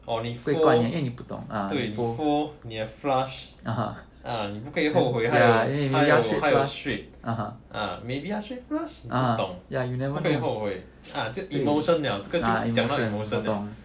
or 你 fold 对你 fold 你也 flush ah 你不后悔他有他有 straight ah ah maybe 他 straight flush 你不懂不可以后悔 ah emotion liao 这个就比较 emotion